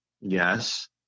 Yes